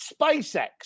SpaceX